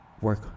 work